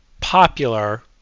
popular